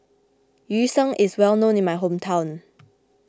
Yu Sheng is well known in my hometown